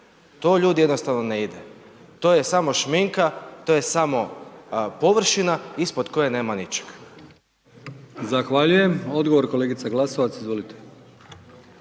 to ljudi jednostavno ne ide, to je samo šminka, to je samo površina ispod koje nema ničeg.